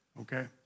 okay